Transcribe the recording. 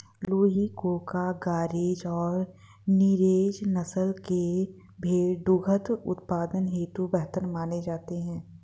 लूही, कूका, गरेज और नुरेज नस्ल के भेंड़ दुग्ध उत्पादन हेतु बेहतर माने जाते हैं